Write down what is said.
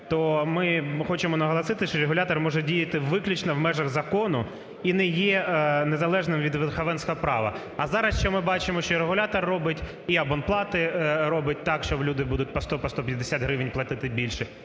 то ми хочемо наголосити, що регулятор може діяти виключно в межах закону і не є незалежним від верховенства права. А зараз, що ми бачимо, що регулятор робить, і абонплати робить так, що люди будуть по 100, по 150 гривень платити більше,